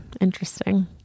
Interesting